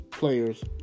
Players